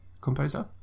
composer